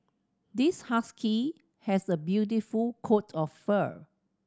this husky has a beautiful coat of fur